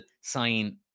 sign